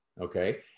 okay